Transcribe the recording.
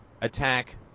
attack